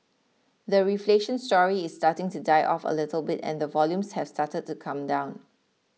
the reflation story is starting to die off a little bit and the volumes have started to come down